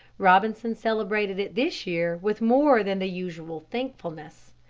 robinson celebrated it this year with more than the usual thankfulness.